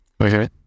Okay